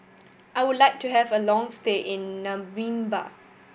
I would like to have a long stay in Namibia